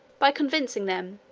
by convincing them,